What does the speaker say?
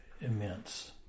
immense